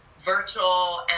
virtual